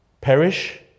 perish